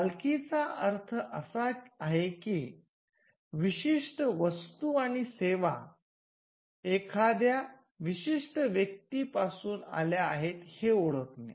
मालकीचा अर्थ असा आहे की विशिष्ट वस्तू आणि सेवा एखाद्या विशिष्ट व्यक्ती पासून आल्या आहेत हे ओळखणे